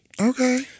Okay